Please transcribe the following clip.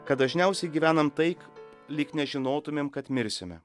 kad dažniausiai gyvenam taip lyg nežinotumėm kad mirsime